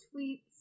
Tweets